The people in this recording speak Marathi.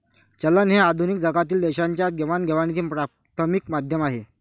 चलन हे आधुनिक जगातील देशांच्या देवाणघेवाणीचे प्राथमिक माध्यम आहे